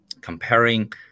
comparing